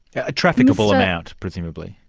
a trafficable amount, presumably.